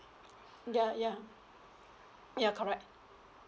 ya ya ya correct